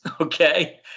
okay